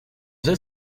sais